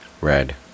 red